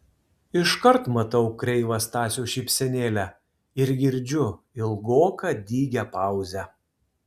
iškart matau kreivą stasio šypsenėlę ir girdžiu ilgoką dygią pauzę